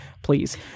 please